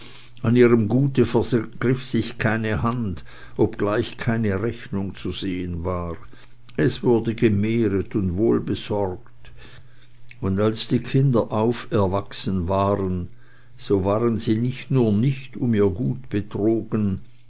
an ihrem gute vergriff sich keine hand obgleich keine rechnung zu sehen war es wurde gemehret und wohl besorgt und als die kinder auferwachsen waren so waren sie nicht nur nicht um ihr gut betrogen